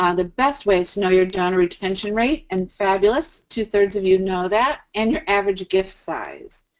um the best way is to know your donor retention rate, and fabulous two thirds of you know that! and your average gift size.